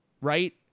right